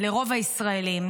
לרוב הישראלים,